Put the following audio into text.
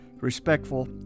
respectful